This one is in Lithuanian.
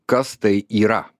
kas tai yra